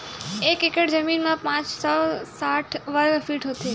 एक एकड़ जमीन मा पांच सौ साठ वर्ग फीट होथे